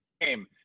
game